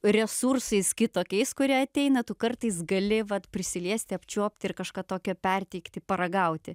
resursais kitokiais kurie ateina tu kartais gali vat prisiliesti apčiuopti ir kažką tokio perteikti paragauti